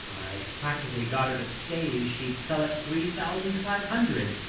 i'd practically got her to say she'd sell at three thousand five hundred,